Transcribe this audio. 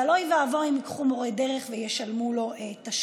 אבל אוי ואבוי אם הם ייקחו מורה דרך וישלמו לו תשלום.